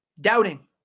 Doubting